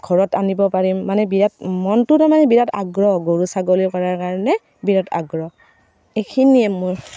ঘৰত আনিব পাৰিম মানে বিৰাট মনটো তাৰমানে বিৰাট আগ্ৰহ গৰু ছাগলী কৰাৰ কাৰণে বিৰাট আগ্ৰহ এইখিনিয়ে মোৰ